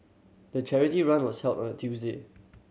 the charity run was held on a Tuesday